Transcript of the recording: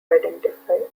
identify